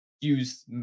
use